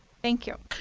thank you.